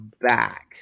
back